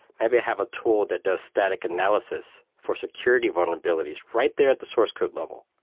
maybe i have a tool that does static analysis for security vulnerabilities right there at the source code level?